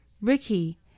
Ricky